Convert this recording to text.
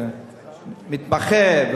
מתמחה,